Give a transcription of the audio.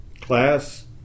class